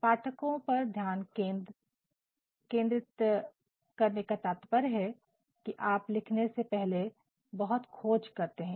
पाठकों पर ध्यान केंद्रित करने का तात्पर्य है कि आप लिखने से पहले बहुत खोज करते हैं